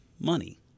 money